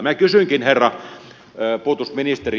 minä kysynkin herra puolustusministeri